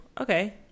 okay